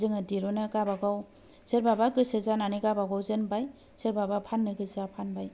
जोङो दिरुनो गावबा गाव सोरबाबा गोसो जानानै गावबा गाव जोमबाय सोरबाबा फाननो गोसोआ फानबाय